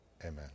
Amen